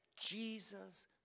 Jesus